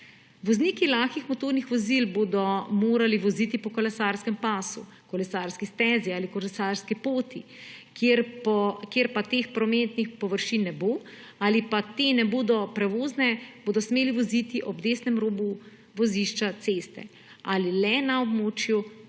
Vozniki lakih motornih vozil bodo morali voziti po kolesarskem pasu, kolesarski stezi ali kolesarski poti, kjer pa teh prometnih površin ne bo ali pa te ne bodo prevozne, bodo smeli voziti ob desnem roku vozišča ceste, a le na območju prometa